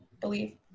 believe